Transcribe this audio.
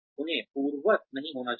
उन्हें पूर्ववत नहीं होना चाहिए